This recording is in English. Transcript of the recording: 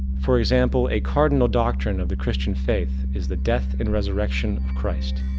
for example, a cardinal doctrine of the christian faith is the death and resurrection of christ.